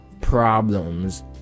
problems